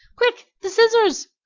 quick, the scissors!